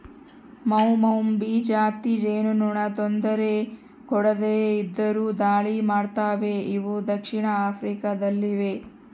ಮೌಮೌಭಿ ಜಾತಿ ಜೇನುನೊಣ ತೊಂದರೆ ಕೊಡದೆ ಇದ್ದರು ದಾಳಿ ಮಾಡ್ತವೆ ಇವು ದಕ್ಷಿಣ ಆಫ್ರಿಕಾ ದಲ್ಲಿವೆ